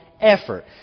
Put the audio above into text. effort